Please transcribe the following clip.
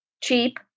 cheap